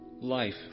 Life